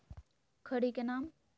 खड़ी के नाम?